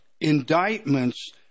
indictments